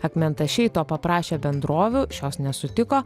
akmentašiai to paprašė bendrovių šios nesutiko